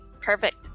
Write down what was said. Perfect